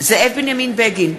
זאב בנימין בגין,